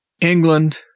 England